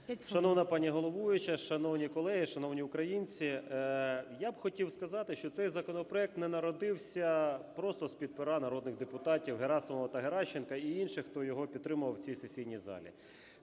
Шановна пані головуюча, шановні колеги, шановні українці, я б хотів сказати, що цей законопроект не народився просто з-під пера народних депутатів Герасимова та Геращенка і інших, хто його підтримував в цій сесійній залі.